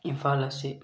ꯏꯝꯐꯥꯜ ꯑꯁꯤ